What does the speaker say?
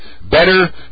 better